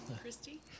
Christy